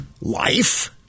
life